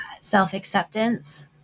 self-acceptance